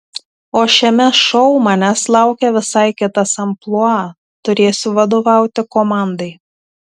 o šiame šou manęs laukia visai kitas amplua turėsiu vadovauti komandai